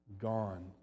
gone